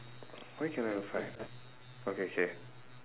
where cannot even fly okay K